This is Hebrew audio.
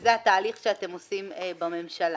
וזה התהליך שאתם עושים בממשלה.